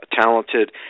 talented